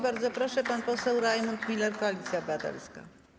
Bardzo proszę, pan poseł Rajmund Miller, Koalicja Obywatelska.